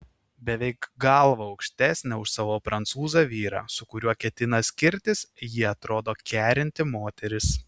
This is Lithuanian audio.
beveik galva aukštesnė už savo prancūzą vyrą su kuriuo ketina skirtis ji atrodo kerinti moteris